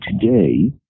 today